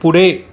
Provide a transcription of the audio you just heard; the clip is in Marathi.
पुढे